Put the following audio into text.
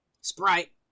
Sprite